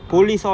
ah